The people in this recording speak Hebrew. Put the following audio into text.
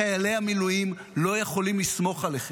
חיילי המילואים לא יכולים לסמוך עליכם.